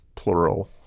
plural